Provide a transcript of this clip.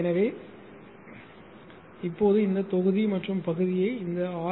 எனவே இப்போது இந்த தொகுதி மற்றும் பகுதியை இந்த ஆர்